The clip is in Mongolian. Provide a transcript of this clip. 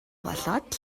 болоод